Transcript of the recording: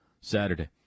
Saturday